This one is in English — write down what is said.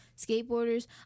skateboarders